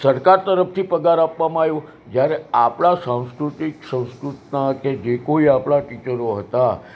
સરકાર તરફથી પગાર આપવામાં આવ્યો જયારે આપણાં સાંસ્કૃતિક સંસ્કૃતનાં કે જે કોઈ આપણાં ટીચરો હતાં